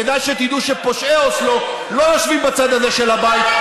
כדאי שתדעו שפושעי אוסלו לא יושבים בצד הזה של הבית,